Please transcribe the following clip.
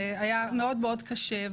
והיה מאוד קשה.